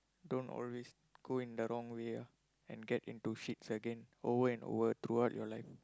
don't always go in the wrong way ah and get into shits again over and over throughout your life